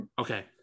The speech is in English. Okay